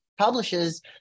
Publishes